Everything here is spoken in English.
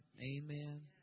Amen